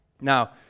Now